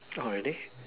ah really